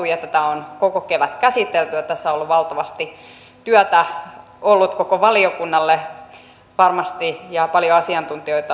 tätä on koko kevät käsitelty tässä on ollut valtavasti työtä koko valiokunnalle varmasti ja paljon asiantuntijoita on kuultu